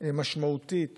משמעותית